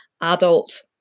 adult